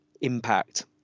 impact